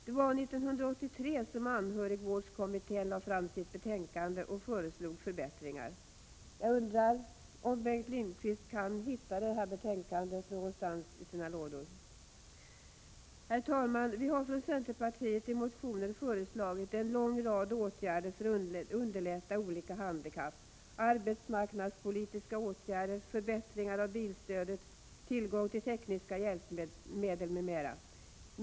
Det var 1983 som anhörigvårdskommittén lade fram sitt betänkande och föreslog förbättringar. Jag undrar om Bengt Lindqvist kan hitta det betänkandet någonstans i sina lådor. Herr talman! Vi har från centerpartiet i motioner föreslagit en lång rad åtgärder för att underlätta för olika handikappade: arbetsmarknadspolitiska åtgärder, förbättringar av bilstödet, tillgång till tekniska hjälpmedel m.m.